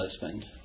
husband